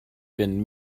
been